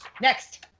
next